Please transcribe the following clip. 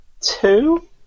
two